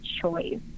choice